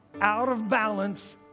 out-of-balance